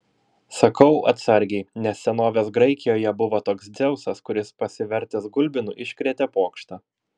sakau atsargiai nes senovės graikijoje buvo toks dzeusas kuris pasivertęs gulbinu iškrėtė pokštą